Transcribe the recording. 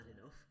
enough